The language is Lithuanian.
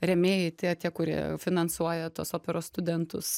rėmėjai tie tie kurie finansuoja tuos operos studentus